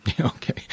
Okay